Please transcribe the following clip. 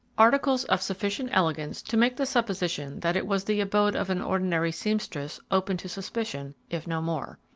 articles of sufficient elegance to make the supposition that it was the abode of an ordinary seamstress open to suspicion, if no more.